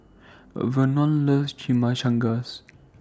Vernon loves Chimichangas